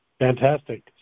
Fantastic